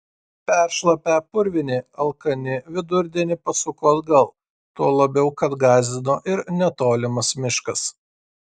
peršlapę purvini alkani vidurdienį pasuko atgal tuo labiau kad gąsdino ir netolimas miškas